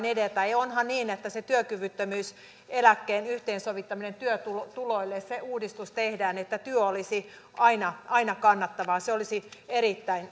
edetä ja onhan niin että se työkyvyttömyyseläkkeen yhteensovittaminen työtuloille se uudistus tehdään että työ olisi aina aina kannattavaa se olisi erittäin